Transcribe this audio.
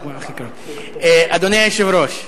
אדוני היושב-ראש,